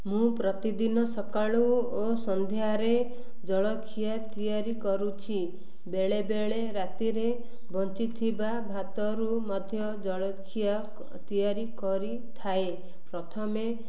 ମୁଁ ପ୍ରତିଦିନ ସକାଳୁ ଓ ସନ୍ଧ୍ୟାରେ ଜଳଖିଆ ତିଆରି କରୁଛି ବେଳେବେଳେ ରାତିରେ ବଞ୍ଚିଥିବା ଭାତରୁ ମଧ୍ୟ ଜଳଖିଆ ତିଆରି କରିଥାଏ ପ୍ରଥମେ